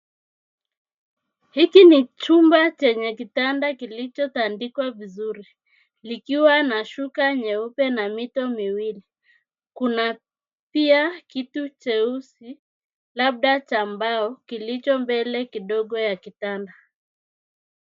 Hiki ni chumba chenye kitanda kilichotandikwa vizuri, likiwa na shuka nyeupe na mito miwili. Kuna pia kiti cheusi, labda cha mbao, kilicho mbele kidogo ya kitanda.